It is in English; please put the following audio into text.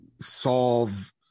solve